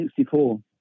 1964